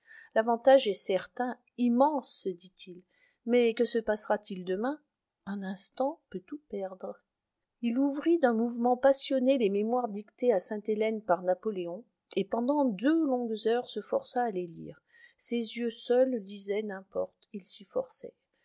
l'avantage est certain immense se dit-il mais que se passera-t-il demain un instant peut tout perdre il ouvrit d'un mouvement passionné les mémoires dictés à sainte-hélène par napoléon et pendant deux longues heures se força à les lire ses yeux seuls lisaient n'importe il